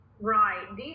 Right